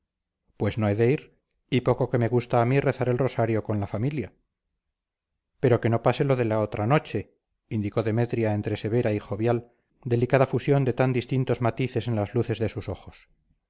pues no he de ir y poco que me gusta a mí rezar el rosario con la familia pero que no pase lo de la otra noche indicó demetria entre severa y jovial delicada fusión de tan distintos matices en las luces de sus ojos